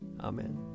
Amen